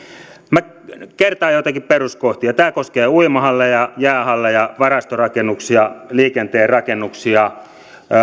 minä kertaan joitakin peruskohtia tämä koskee uimahalleja jäähalleja varastorakennuksia liikenteen rakennuksia